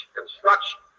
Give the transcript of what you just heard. construction